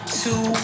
two